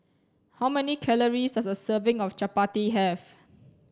how many calories does a serving of Chapati have